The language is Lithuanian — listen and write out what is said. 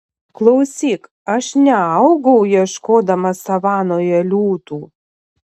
klausyk aš neaugau ieškodamas savanoje liūtų